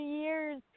years